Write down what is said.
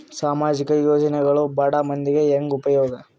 ಸಾಮಾಜಿಕ ಯೋಜನೆಗಳು ಬಡ ಮಂದಿಗೆ ಹೆಂಗ್ ಉಪಯೋಗ?